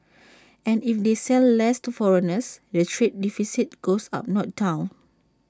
and if they sell less to foreigners the trade deficit goes up not down